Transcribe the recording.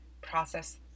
process